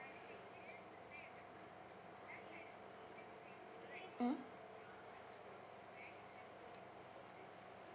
mm